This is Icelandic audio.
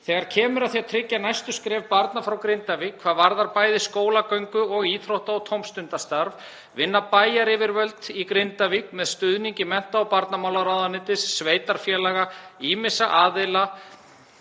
Þegar kemur að því að tryggja næstu skref barna frá Grindavík hvað varðar bæði skólagöngu og íþrótta- og tómstundastarf vinna bæjaryfirvöld í Grindavík með stuðningi mennta- og barnamálaráðuneytis, sveitarfélaga, ýmissa aðila,